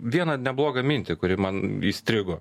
vieną neblogą mintį kuri man įstrigo